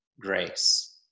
grace